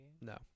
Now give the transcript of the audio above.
No